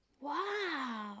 Wow